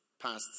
passed